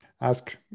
Ask